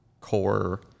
core